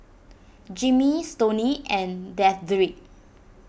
Jeremy Stoney and Dedric